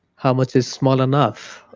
how much is small enough?